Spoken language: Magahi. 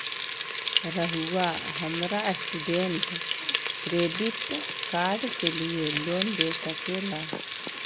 रहुआ हमरा स्टूडेंट क्रेडिट कार्ड के लिए लोन दे सके ला?